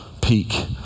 peak